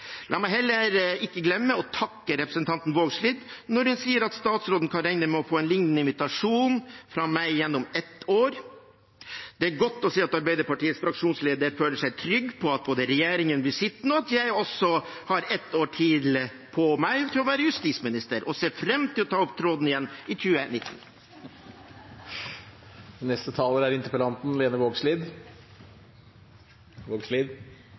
La meg heller ikke glemme å takke representanten Vågslid, når hun sier at statsråden kan regne med å få en lignende invitasjon igjen om ett år. Det er godt å se at Arbeiderpartiets fraksjonsleder føler seg trygg på både at regjeringen blir sittende, og at jeg har ett år til på meg til å være justisminister. Jeg ser fram til å ta opp tråden igjen i 2019. Det er